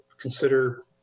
consider